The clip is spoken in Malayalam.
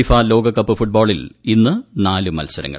ഫിഫ ലോക കപ്പ് ഫുട്ബോളിൽ ഇന്ന് നാല് മത്സരങ്ങൾ